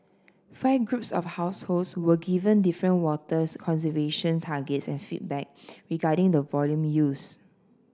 five groups of households were given different water conservation targets and feedback regarding the volume used